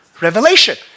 revelation